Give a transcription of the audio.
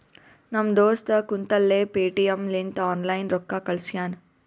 ನಮ್ ದೋಸ್ತ ಕುಂತಲ್ಲೇ ಪೇಟಿಎಂ ಲಿಂತ ಆನ್ಲೈನ್ ರೊಕ್ಕಾ ಕಳ್ಶ್ಯಾನ